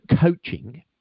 coaching